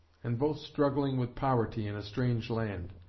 and both struggling with poverty in a strange land.